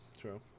true